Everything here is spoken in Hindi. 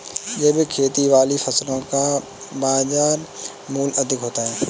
जैविक खेती वाली फसलों का बाजार मूल्य अधिक होता है